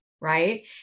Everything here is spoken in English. right